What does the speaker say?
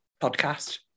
podcast